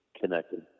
connected